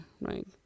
right